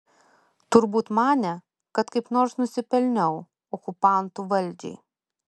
turbūt manė kad kaip nors nusipelniau okupantų valdžiai